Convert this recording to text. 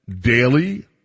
daily